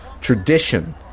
tradition